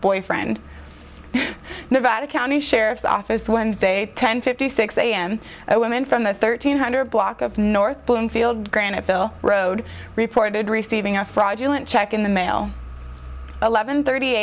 boyfriend nevada county sheriff's office wednesday ten fifty six am i woman from the thirteen hundred block of north bloomfield graniteville road reported receiving a fraudulent check in the mail eleven thirty